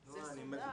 ונלחמנו על זה לא מעט,